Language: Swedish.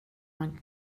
man